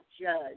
judge